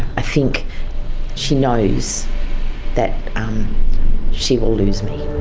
i think she knows that she will lose me.